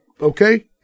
okay